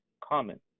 common